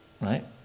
right